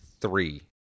three